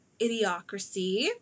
idiocracy